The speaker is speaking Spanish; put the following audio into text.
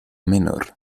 menor